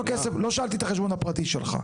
לא כסף, לא שאלתי את החשבון הפרטי שלך.